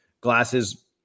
glasses